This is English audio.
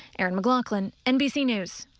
erin mclaughlin nbc news.